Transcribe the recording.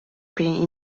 being